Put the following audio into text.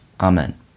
Amen